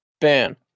ban